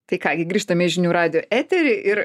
tai ką gi grįžtame į žinių radijo eterį ir